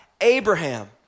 Abraham